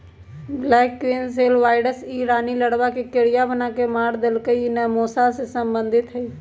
black queen cell virus इ रानी larva के करिया बना के मार देइ छइ इ नेसोमा से सम्बन्धित हइ